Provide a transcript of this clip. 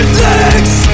legs